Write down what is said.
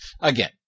again